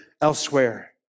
elsewhere